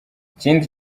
ikindi